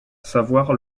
savoir